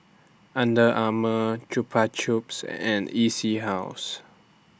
Under Armour Chupa Chups and E C House